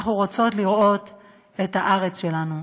אנחנו רוצות לראות את הארץ שלנו.